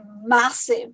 massive